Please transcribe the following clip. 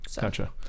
Gotcha